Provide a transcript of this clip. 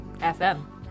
F-M